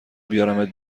بیارمت